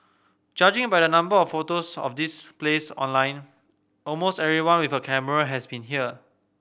judging by the number of photos of this place online almost everyone with a camera has been here